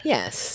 Yes